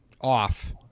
off